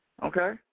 Okay